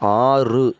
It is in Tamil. ஆறு